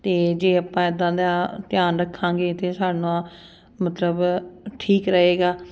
ਅਤੇ ਜੇ ਆਪਾਂ ਇੱਦਾਂ ਦਾ ਧਿਆਨ ਰੱਖਾਂਗੇ ਤਾਂ ਸਾਨੂੰ ਮਤਲਬ ਠੀਕ ਰਹੇਗਾ